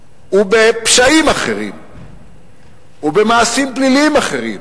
ובפשעים אחרים ובמעשים פליליים אחרים,